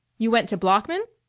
you went to bloeckman?